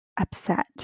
upset